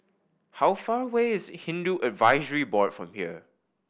how far away is Hindu Advisory Board from here